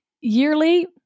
yearly